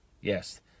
Yes